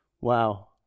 Wow